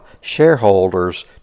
shareholders